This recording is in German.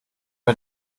wir